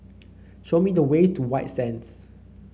show me the way to White Sands